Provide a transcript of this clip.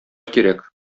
кирәк